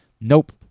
Nope